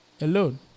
alone